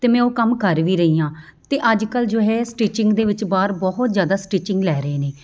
ਅਤੇ ਮੈਂ ਉਹ ਕੰਮ ਕਰ ਵੀ ਰਹੀ ਹਾਂ ਅਤੇ ਅੱਜ ਕੱਲ੍ਹ ਜੋ ਹੈ ਸਟੀਚਿੰਗ ਦੇ ਵਿੱਚ ਬਾਹਰ ਬਹੁਤ ਜ਼ਿਆਦਾ ਸਟੀਚਿੰਗ ਲੈ ਰਹੇ ਨੇ